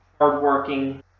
hardworking